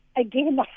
again